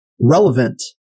relevant